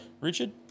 Richard